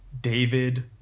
David